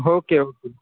okay okay